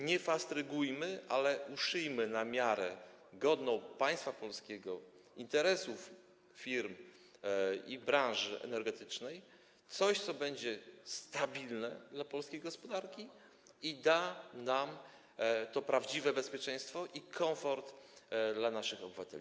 Nie fastrygujmy, ale uszyjmy na miarę godną państwa polskiego, interesów firm i branży energetycznej coś, co będzie stabilne dla polskiej gospodarki, co da nam prawdziwe bezpieczeństwo i komfort dla naszych obywateli.